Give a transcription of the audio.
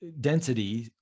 density